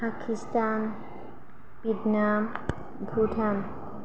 Pakistan Vietnam Bhutan